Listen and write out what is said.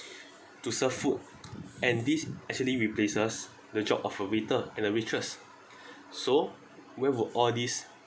to serve food and this actually replaces the job of a waiter and a waitress so where would all these